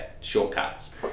shortcuts